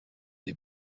des